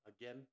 again